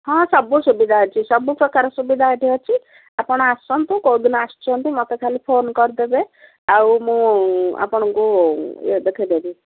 ହଁ ସବୁ ସୁବିଧା ଅଛି ସବୁପ୍ରକାର ସୁବିଧା ଏଠି ଅଛି ଆପଣ ଆସନ୍ତୁ କେଉଁଦିନ ଆସୁଛନ୍ତି ମୋତେ ଖାଲି ଫୋନ୍ କରିଦେବେ ଆଉ ମୁଁ ଆପଣଙ୍କୁ ଇଏ ଦେଖେଇଦେବି